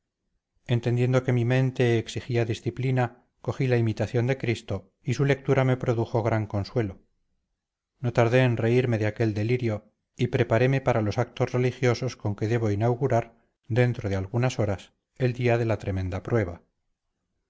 entendiendo que mi mente exigía disciplina cogí la imitación de cristo y su lectura me produjo gran consuelo no tardé en reírme de aquel delirio y prepareme para los actos religiosos con que debo inaugurar dentro de algunas horas el día de la tremenda prueba